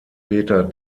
peter